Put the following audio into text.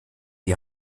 die